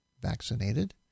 Vaccinated